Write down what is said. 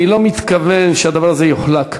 אני לא מתכוון שהדבר הזה יוחלק.